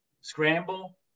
scramble